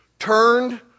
turned